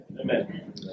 Amen